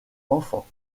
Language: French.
enfants